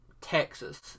texas